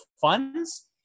funds